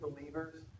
believers